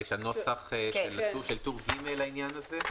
הנוסח המהותי של טור ג' לעניין הזה,